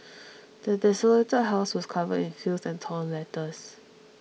the desolated house was covered in filth and torn letters